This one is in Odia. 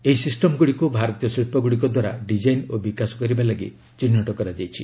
ଏହି ସିଷ୍ଟମଗୁଡ଼ିକୁ ଭାରତୀୟ ଶିଳ୍ପଗୁଡ଼ିକ ଦ୍ୱାରା ଡିଜାଇନ୍ ଓ ବିକାଶ କରିବା ଲାଗି ଚିହ୍ନଟ କରାଯାଇଛି